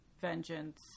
Vengeance